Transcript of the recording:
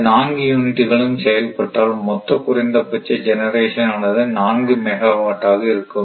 இந்த நான்கு யூனிட்டுகளும் செயல்பட்டால் மொத்த குறைந்தபட்ச ஜெனரேஷன் ஆனது 4 மெகா வாட்டாக இருக்கும்